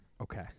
Okay